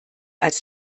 als